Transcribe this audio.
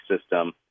system